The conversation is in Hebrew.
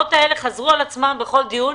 הטענות האלה חזרו על עצמן בכל דיון,